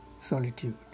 solitude